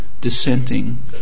dissenting